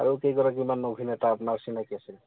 আৰু কেইগৰাকীমান অভিনেতা আপোনাৰ চিনাকি আছিল